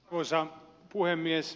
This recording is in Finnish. arvoisa puhemies